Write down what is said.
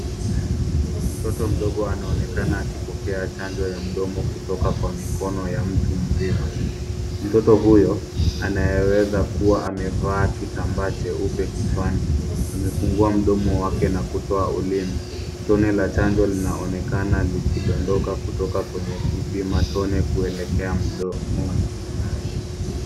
Mtoto mdogo anaonekana akipokeea chanjo ya mdomo kutoka kwa mikono ya mtu mzima. Mtoto huyo anaweza kuwa amevaa kitambaa cheupe kichwani. Amefungua mdomo wake na kuutoa ulimi. Tone la chanjo linaonekana likidondoka kutoka kwenye kipima tone kuelekea mdomoni.